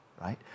right